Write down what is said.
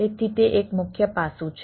તેથી તે એક મુખ્ય પાસું છે